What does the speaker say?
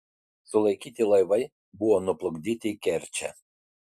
sulaikyti laivai buvo nuplukdyti į kerčę